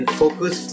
focus